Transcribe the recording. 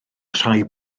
rhai